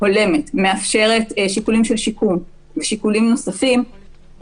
הולמת מאפשרת שיקולים של שיקום ושיקולים נוספים,